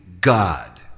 God